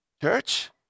church